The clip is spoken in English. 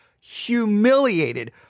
humiliated